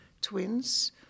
twins